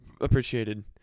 appreciated